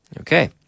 okay